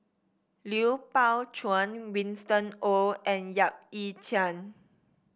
Lui Pao Chuen Winston Oh and Yap Ee Chian